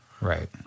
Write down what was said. Right